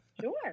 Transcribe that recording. Sure